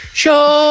show